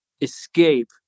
escape